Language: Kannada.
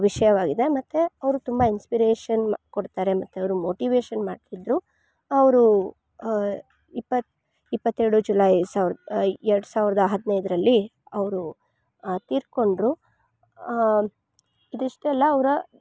ವಿಷಯವಾಗಿದೆ ಮತ್ತು ಅವರು ತುಂಬ ಇನ್ಸ್ಪಿರೇಷನ್ ಮ ಕೊಡ್ತಾರೆ ಮತ್ತು ಅವರು ಮೋಟಿವೇಷನ್ ಮಾಡ್ತಿದ್ರು ಅವರು ಇಪ್ಪತ್ತು ಇಪ್ಪತ್ತೇಳು ಜುಲಾಯ್ ಸಾವಿರ ಎರಡು ಸಾವಿರದ ಹದಿನೈದ್ರಲ್ಲಿ ಅವರು ತೀರಿಕೊಂಡ್ರು ಇದಿಷ್ಟೇ ಅಲ್ಲ ಅವರ